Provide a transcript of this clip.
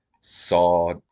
Saw